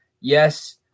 Yes